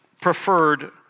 preferred